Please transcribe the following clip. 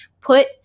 put